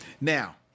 Now